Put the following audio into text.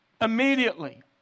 Immediately